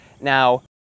Now